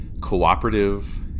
cooperative